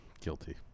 Guilty